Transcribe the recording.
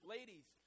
Ladies